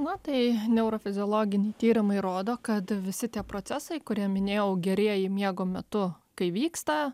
na tai neurofiziologiniai tyrimai rodo kad visi tie procesai kurie minėjau gerieji miego metu kai vyksta